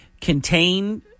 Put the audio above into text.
contain